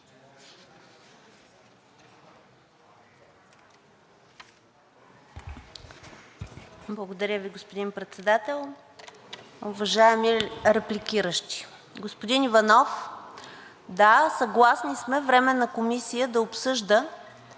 Благодаря Ви, господин Председател. Уважаеми репликиращи! Господин Иванов, да, съгласни сме временна комисия да обсъжда